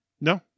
No